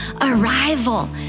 arrival